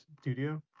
studio